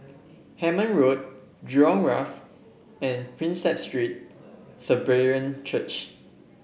Hemmant Road Jurong Wharf and Prinsep Street Church